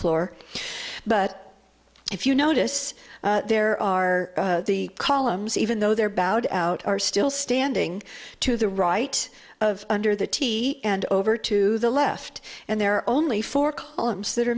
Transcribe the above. floor but if you notice there are the columns even though they're bowed out are still standing to the right of under the tee and over to the left and there are only four columns that are